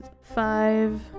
five